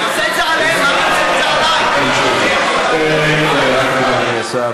התשע"ט 2018. אדוני השר